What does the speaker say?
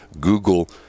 Google